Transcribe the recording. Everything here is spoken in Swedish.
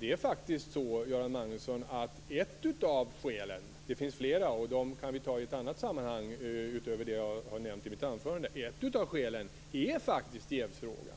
v skälen - det finns flera, och dessa kan vi diskutera i ett annat sammanhang - är jävsfrågan.